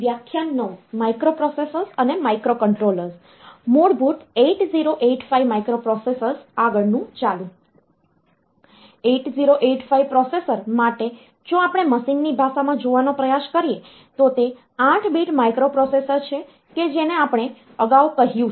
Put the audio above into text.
8085 processors માટે જો આપણે મશીનની ભાષામાં જોવાનો પ્રયાસ કરીએ તો તે 8 bit માઇક્રોપ્રોસેસર છે કે જેને આપણે અગાઉ કહ્યું છે